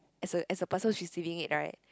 as a as a person receiving it right